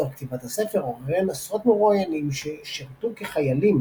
לצורך כתיבת הספר הוא ראיין עשרות מרואינים ששרתו כחיילים